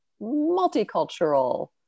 multicultural